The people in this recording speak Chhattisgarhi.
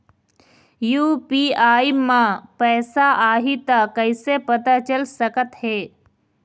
यू.पी.आई म पैसा आही त कइसे पता चल सकत हे?